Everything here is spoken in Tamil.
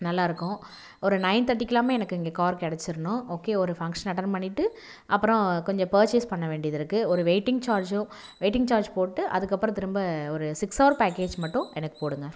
நல்லா இருக்கும் ஒரு நயன் தேர்ட்டிக்குலாம் எனக்கு இங்கே கார் கிடச்சிறணும் ஓகே ஒரு ஃபங்க்ஷன் அட்டன் பண்ணிகிட்டு அப்புறம் கொஞ்சம் பர்ச்சேஸ் பண்ண வேண்டியது இருக்குது ஒரு வெயிட்டிங் ஜார்ஜும் வெயிட்டிங் ஜார்ஜ் போட்டு அதுக்கு அப்புறம் திரும்ப ஒரு சிக்ஸ் ஹவர் பேக்கேஜ் மட்டும் எனக்கு போடுங்க